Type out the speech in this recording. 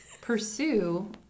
pursue